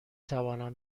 توانم